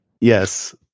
yes